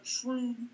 true